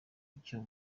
icyo